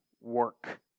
work